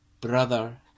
brother